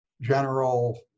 general